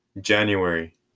January